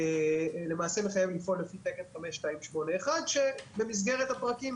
זה למעשה מחייב לפעול לפי תקן 5281 שבמסגרת הפרקים